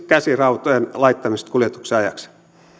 käsirautojen laittamisesta kuljetuksen ajaksi